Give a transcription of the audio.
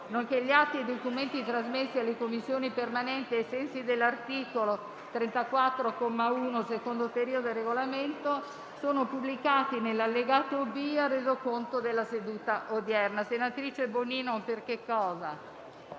nonché gli atti e i documenti trasmessi alle Commissioni permanenti ai sensi dell'articolo 34, comma 1, secondo periodo, del Regolamento sono pubblicati nell'allegato B al Resoconto della seduta odierna. **Ordine del giorno per la